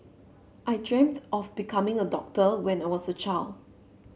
I dreamt of becoming a doctor when I was a child